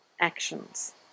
actions